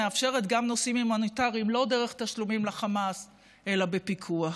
מאפשרת גם נושאים הומניטריים לא דרך תשלומים לחמאס אלא בפיקוח.